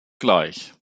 gleich